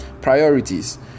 priorities